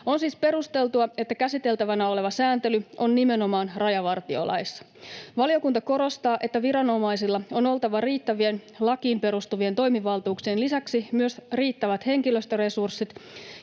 On siis perusteltua, että käsiteltävänä oleva sääntely on nimenomaan rajavartiolaissa. Valiokunta korostaa, että viranomaisilla on oltava riittävien lakiin perustuvien toimivaltuuksien lisäksi myös riittävät henkilöstöresurssit